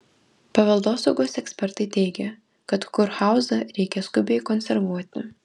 paveldosaugos ekspertai teigia kad kurhauzą reikia skubiai konservuoti